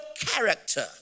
character